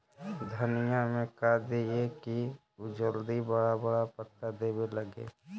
धनिया में का दियै कि उ जल्दी बड़ा बड़ा पता देवे लगै?